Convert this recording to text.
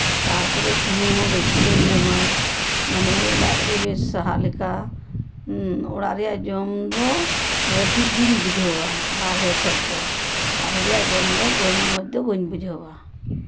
ᱛᱟᱨᱯᱚᱨᱮ ᱥᱩᱱᱩᱢ ᱦᱚᱸ ᱵᱮᱥᱤ ᱵᱟᱹᱧ ᱮᱢᱟ ᱢᱟᱱᱮ ᱞᱟᱡᱽ ᱨᱮ ᱵᱮᱥ ᱥᱟᱦᱟᱜ ᱞᱮᱠᱟ ᱦᱮᱸ ᱚᱲᱟᱜ ᱨᱮᱭᱟᱜ ᱡᱚᱢ ᱦᱚᱸ ᱴᱷᱤᱠ ᱜᱤᱧ ᱵᱩᱡᱷᱟᱹᱣᱟ ᱵᱟᱦᱨᱮ ᱠᱷᱚᱡᱽ ᱫᱚ ᱵᱟᱦᱨᱮ ᱨᱮᱭᱟᱜ ᱡᱚᱢ ᱫᱚ ᱵᱟᱹᱧ ᱢᱚᱡᱽ ᱫᱚ ᱵᱟᱹᱧ ᱵᱩᱡᱷᱟᱹᱣᱟ